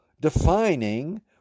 defining